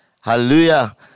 Hallelujah